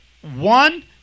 one